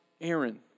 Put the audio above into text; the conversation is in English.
Aaron